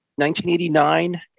1989